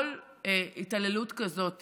כל התעללות כזאת